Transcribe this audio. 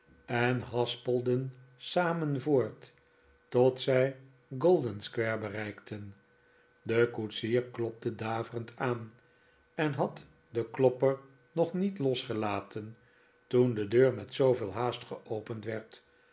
en haspelden samen voort tot zij golden-square bereikten de koetsier klopte daverend aan en had den klopper nog niet losgelaten toen de deur met zooveel haast geopend werd